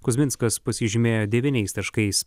kuzminskas pasižymėjo devyniais taškais